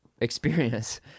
experience